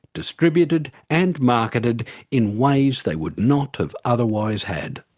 distributed and marketed in ways they would not have otherwise had.